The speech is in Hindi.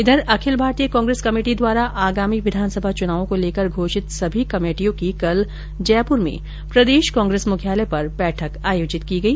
इधर अखिल भारतीय कांग्रेस कमेटी द्वारा आगामी विधानसभा चुनावों को लेकर घोषित सभी कमेटियों की कल जयपुर में प्रदेश कांग्रेस मुख्यालय पर बैठक आयोजित की गई